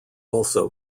also